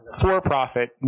for-profit